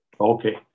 Okay